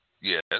Yes